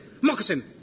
Moccasin